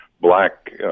black